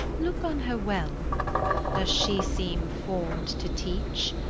look on her well does she seem form'd to teach?